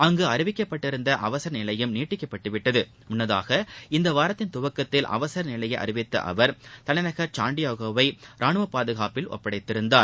அங்கு அறிவிக்கப்பட்டிருந்த அவசர நிலையும் நீக்கப்பட்டு விட்டது முன்னதாக இந்த வாரத்தின் துவக்கத்தில் அவசர நிலையை அறிவித்த அவர் தலைநகர் சாண்டியாகோவை ராணுவ பாதுகாப்பில் ஒப்படைத்திருந்தார்